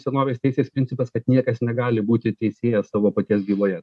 senovės teisės principas kad niekas negali būti teisėjas savo paties byloje